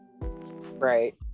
right